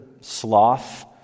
sloth